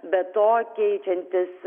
be to keičiantis